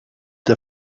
der